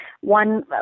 one